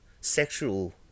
sexual